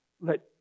let